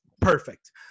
Perfect